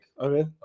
okay